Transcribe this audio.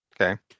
Okay